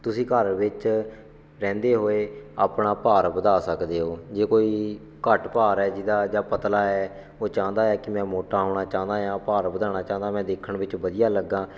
ਤੁਸੀਂ ਘਰ ਵਿੱਚ ਰਹਿੰਦੇ ਹੋਏ ਆਪਣਾ ਭਾਰ ਵਧਾ ਸਕਦੇ ਹੋ ਜੇ ਕੋਈ ਘੱਟ ਭਾਰ ਹੈ ਜਿਹਦਾ ਜਾਂ ਪਤਲਾ ਹੈ ਉਹ ਚਾਹੁੰਦਾ ਹੈ ਕਿ ਮੈਂ ਮੋਟਾ ਹੋਣਾ ਚਾਹੁੰਦਾ ਹਾਂ ਭਾਰ ਵਧਾਉਣਾ ਚਾਹੁੰਦਾ ਮੈਂ ਦੇਖਣ ਵਿੱਚ ਵਧੀਆ ਲੱਗਾਂ